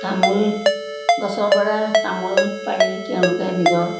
তামোল গছৰ পৰা তামোল পাৰি তেওঁলোকে নিজৰ